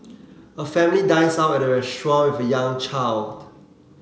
a family dines out at a restaurant with a young child